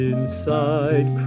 Inside